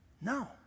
No